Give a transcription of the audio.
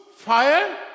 fire